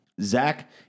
Zach –